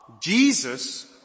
Jesus